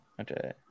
Okay